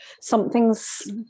something's